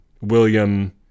William